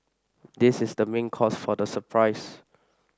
this is the main cause for the surprise